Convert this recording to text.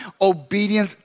Obedience